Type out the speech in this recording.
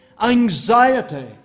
anxiety